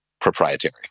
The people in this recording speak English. proprietary